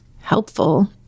helpful